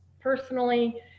personally